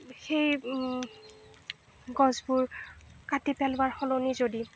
সেই গছবোৰ কাটি পেলোৱাৰ সলনি যদি